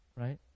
right